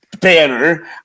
banner